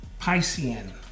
Piscean